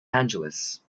angeles